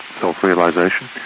self-realization